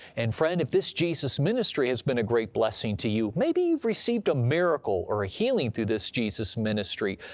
and friend, if this jesus ministry has been a great blessing to you, maybe you've received a miracle or a healing through this jesus ministry,